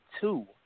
two